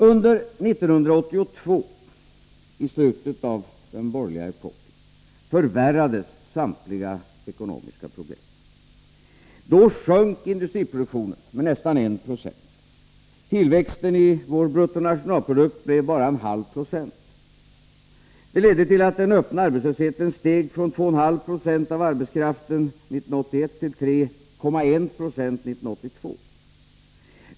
Under 1982, i slutet av den borgerliga epoken, förvärrades samtliga ekonomiska problem. Då sjönk industriproduktionen med nästan 1 20, och tillväxten i vår bruttonationalprodukt blev bara 0,5 96. Det ledde till att den öppna arbetslösheten steg från 2,5 26 av arbetskraften 1981 till 3,1 96 1982.